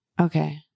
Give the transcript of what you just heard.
okay